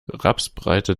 rapsbreite